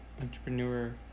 Entrepreneur